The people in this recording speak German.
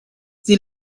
sie